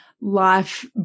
life